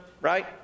right